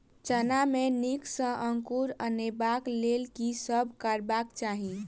चना मे नीक सँ अंकुर अनेबाक लेल की सब करबाक चाहि?